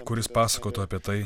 kuris pasakotų apie tai